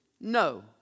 No